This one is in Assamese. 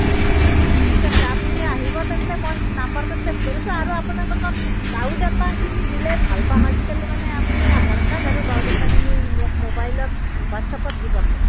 অঁ ঠিক আছে আপুনি আহিব তেন্তে মই নাম্বাৰটো চেভ কৰিছোঁ আৰু আপোনালোকৰ বায়'ডাটাখিনি দিলে ভাল পাম আজিকালি মানে আপুনি আধাৰকাৰ্ড আৰু বায়'ডাটাখিনি মোক মোবাইলত হোৱাটছাপত দি পঠাব